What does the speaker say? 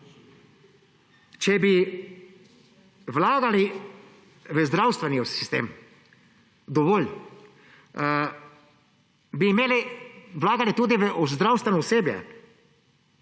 Če bi vlagali v zdravstveni sistem dovolj, bi imeli vlaganje tudi v zdravstveno osebje.